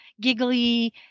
giggly